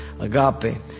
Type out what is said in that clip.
Agape